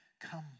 come